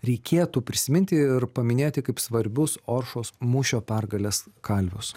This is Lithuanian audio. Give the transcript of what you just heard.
reikėtų prisiminti ir paminėti kaip svarbius oršos mūšio pergalės kalvius